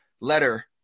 letter